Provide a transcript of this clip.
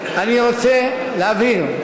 אני רוצה להבהיר: